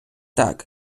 так